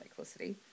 cyclicity